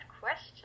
question